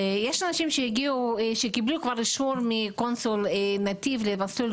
יש אנשים שקיבלו אישור מקונסול נתיב למסלול